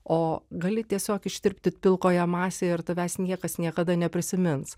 o gali tiesiog ištirpti pilkoje masėje ir tavęs niekas niekada neprisimins